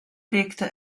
wirkte